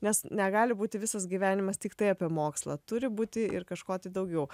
nes negali būti visas gyvenimas tiktai apie mokslą turi būti ir kažko tai daugiau